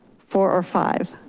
four or five?